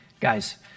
Guys